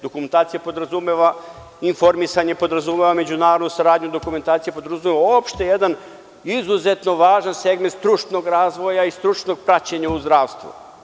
Dokumentacija podrazumeva informisanje, podrazumeva međunarodnu saradnju, dokumentacija podrazumeva uopšte jedan izuzetno važan segment stručnog razvoja i stručnog praćenja u zdravstvu.